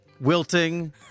wilting